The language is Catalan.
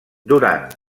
durant